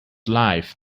life